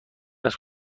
است